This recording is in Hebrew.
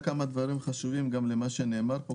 רק כמה דברים חשובים למה שנאמר פה.